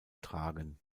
tragen